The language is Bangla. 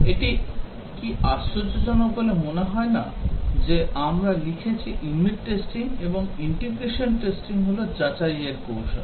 এটি কি আশ্চর্যজনক বলে মনে হয় না যে আমরা লিখেছি ইউনিট টেস্টিং এবং ইন্টিগ্রেশন টেস্টিং হল যাচাইয়ের কৌশল